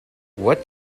what